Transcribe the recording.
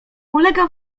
ulega